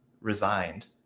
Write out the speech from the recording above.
resigned